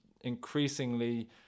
increasingly